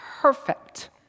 perfect